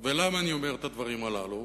ולמה אני אומר את הדברים הללו?